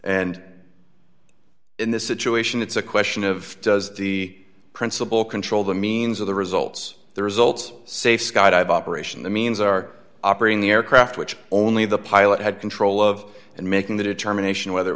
and in this situation it's a question of does the principal control the means of the results the results say skydive operation the means are operating the aircraft which only the pilot had control of and making the determination whether it